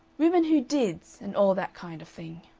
women who dids, and all that kind of thing.